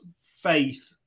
faith